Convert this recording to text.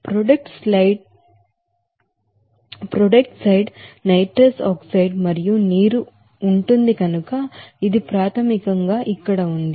product side nitrous oxide మరియు నీరు కనుక ఇది ప్రాథమికంగా ఇక్కడ ఉంది